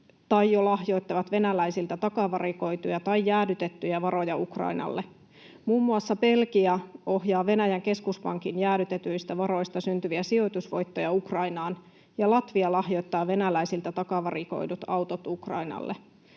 tai jo lahjoittavat venäläisiltä takavarikoituja tai jäädytettyjä varoja Ukrainalle. Muun muassa Belgia ohjaa Venäjän keskuspankin jäädytetyistä varoista syntyviä sijoitusvoittoja Ukrainaan ja Latvia lahjoittaa venäläisiltä takavarikoidut autot Ukrainalle.